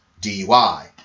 DUI